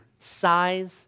size